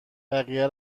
بقیه